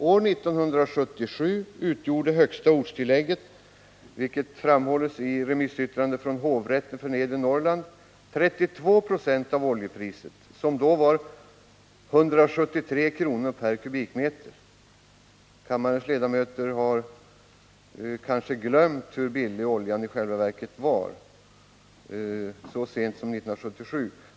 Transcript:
År 1977 utgjorde högsta ortstillägget — vilket framhålles i ett remissyttrande från hovrätten för Nedre Norrland — 32 96 av oljepriset, som då var 173 kr./m?. Kammarens ledamöter har kanske glömt hur billig oljan i själva verket var så sent som 1977.